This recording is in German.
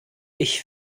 ich